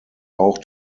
auch